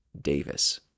Davis